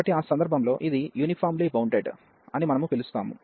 కాబట్టి ఆ సందర్భంలో ఇది యూనిఫార్మ్లీ బౌండెడ్ అని మనము పిలుస్తాము